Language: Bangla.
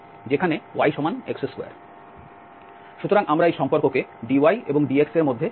সুতরাং আমরা এই সম্পর্ককে dy এবং dx এর মধ্যে সম্পর্ক গণনা করতে ব্যবহার করতে পারি